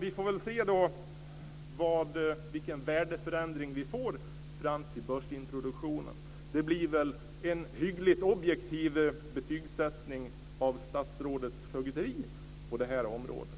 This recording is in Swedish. Vi får väl se vilken värdeförändring det blir fram till börsintroduktionen. Det blir väl en hyggligt objektiv betygssättning av statsrådets fögderi på detta område.